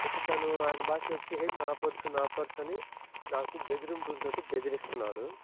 అయితే తను ఆయన భాషలో వచ్చి ఇది నా పర్సు నా పర్సు అని నాకు నాకు బెదిరింపులు తోటి బెదిరిస్తున్నాడు